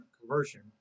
conversion